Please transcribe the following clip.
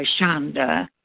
Shonda